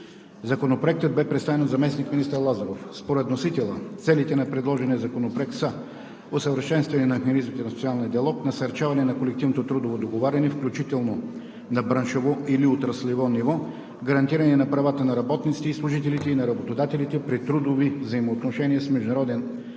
Законопроектът бе представен от заместник-министър Лазаров. Според вносителя целите на предложения законопроект са: усъвършенстване на механизмите на социалния диалог; насърчаване на колективното трудово договаряне, включително на браншово или отраслово ниво; гарантиране на правата на работниците и служителите и на работодателите при трудови взаимоотношения с международен елемент